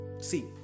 See